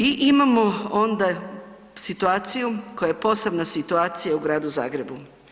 I imamo onda situaciju koja je posebna situacija u Gradu Zagrebu.